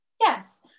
Yes